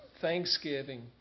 thanksgiving